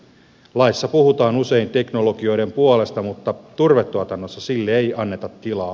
laissa puhutaan usein teknologioiden puolesta mutta turvetuotannossa sille ei anneta tilaa